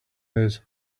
his